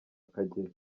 kageyo